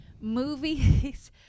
Movies